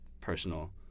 personal